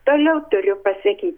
toliau turiu pasakyt